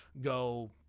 go